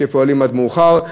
שפועלים עד מאוחר,